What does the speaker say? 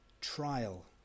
trial